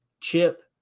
chip